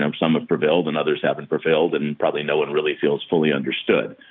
um some of prevailed and others haven't prevailed and and probably no one really feels fully understood.